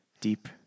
deep